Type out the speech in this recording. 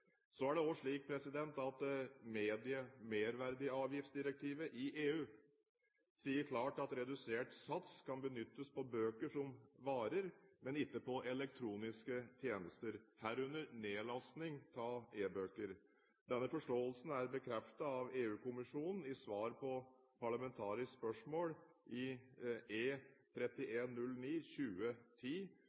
Så er det også slik at merverdiavgiftsdirektivet i EU sier klart at redusert sats kan benyttes på bøker som varer, men ikke på elektroniske tjenester, herunder nedlasting av e-bøker. Denne forståelsen er bekreftet av EU-kommisjonen i svar på parlamentarisk spørsmål i E-3109/2010 14. juni 2010.